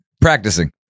practicing